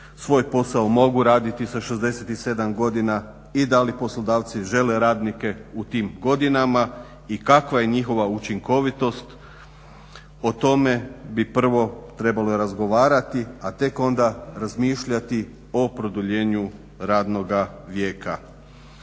svoj posao mogu raditi sa 67 godina i da li poslodavci žele radnike u tim godinama i kakva je njihova učinkovitost. O tome bi prvo trebalo razgovarati, a tek onda razmišljati o produljenju radnoga vijeka.